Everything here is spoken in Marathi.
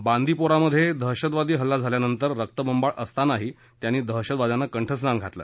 बांदीपुरा मध्ये दहशवादी हल्ला झाल्यानंतर रक्तहबंबाळ असतांनाही त्यांनी दहशतवाद्यांना कठस्थान घातलं